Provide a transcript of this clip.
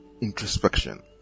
introspection